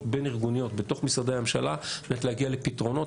בין-ארגוניות בתוך משרדי הממשלה על מנת להגיע לפתרונות.